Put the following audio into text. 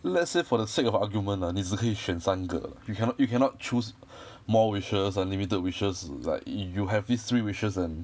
let's say for the sake of argument lah 你只可以选三个 you cannot you cannot choose more wishes unlimited wishes you like you you have these three wishes and